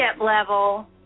level